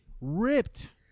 ripped